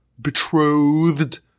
betrothed